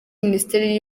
minisiteri